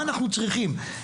מה אנחנו צריכים לשם כך?